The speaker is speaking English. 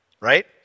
right